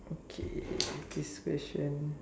okay this question